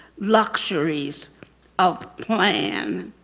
luxuries of plan.